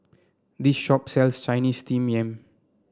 this shop sells Chinese Steamed Yam